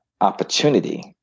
opportunity